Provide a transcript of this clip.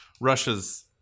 Russia's